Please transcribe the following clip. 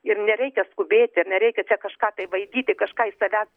ir nereikia skubėti ir nereikia čia kažką tai vaidyti kažką iš savęs